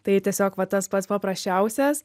tai tiesiog va tas pats paprasčiausias